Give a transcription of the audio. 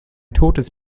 totes